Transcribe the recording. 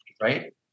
right